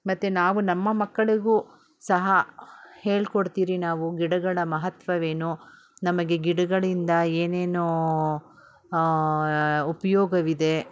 ಮತ್ತು ನಾವು ನಮ್ಮ ಮಕ್ಕಳಿಗೂ ಸಹ ಹೇಳಿಕೊಡ್ತಿರಿ ನಾವು ಗಿಡಗಳ ಮಹತ್ವವೇನು ನಮಗೆ ಗಿಡಗಳಿಂದ ಏನೇನು ಉಪಯೋಗವಿದೆ